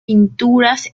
pinturas